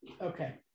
Okay